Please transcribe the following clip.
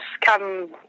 come